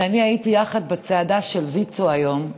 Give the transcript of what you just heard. ואני הייתי יחד בצעדה של ויצו היום: